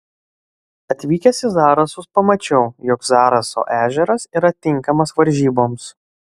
atvykęs į zarasus pamačiau jog zaraso ežeras yra tinkamas varžyboms